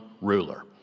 ruler